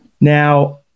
Now